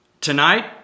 tonight